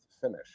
finish